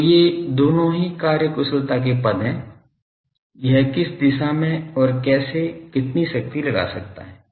तो ये दोनों ही कार्यकुशलता के पद है यह किस दिशा में और कैसे कितनी शक्ति लगा सकता है